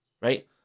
right